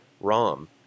rom